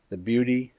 the beauty,